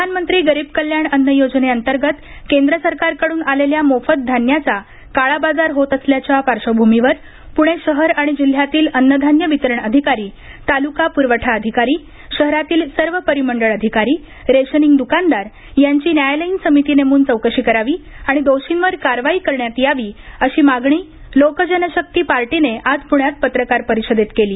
प्रधानमंत्री गरीब कल्याण अन्न योजनेअंतर्गत केंद्र सरकारकड्रन आलेल्या मोफत धान्याचा काळा बाजार होत असल्याच्या पार्श्वभूमीवर पुणे शहर आणि जिल्ह्यातील अन्नधान्य वितरण अधिकारी तालुका प्रवठा अधिकारी शहरातील सर्व परिमंडळ अधिकारी रेशनिंग दुकानदार यांची न्यायालयीन समिती नेमुन चौकशी करावी आणि दोषींवर कारवाई करण्यात यावी अशी मागणी लोकजनशक्ती पार्टीने आज पुण्यात पत्रकार परिषदेत केली